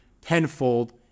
tenfold